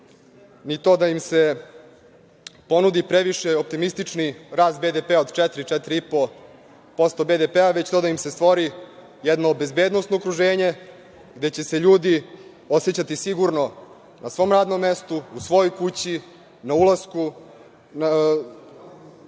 ni to da im se ponudi previše optimistični rast BDP od 4%, 4,5% već to da im se stvori jedno bezbednosno okruženje gde će se ljudi osećati sigurno na svom radnom mestu, u svojoj kući, na ulasku na